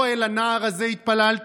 לא אל הנער הזה התפללתי?